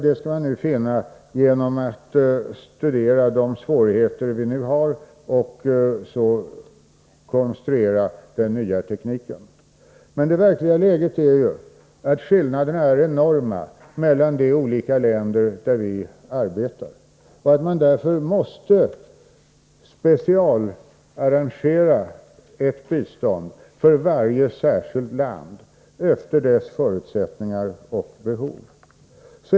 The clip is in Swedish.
Den skall man nu finna genom att studera de svårigheter som vi har och sedan konstruera den nya tekniken. Men det verkliga läget är att skillnaderna mellan de olika länder där vi arbetar är enorma. Därför måste man specialarrangera ett bistånd för varje enskilt land efter landets förutsättningar och behov.